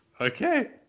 Okay